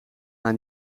aan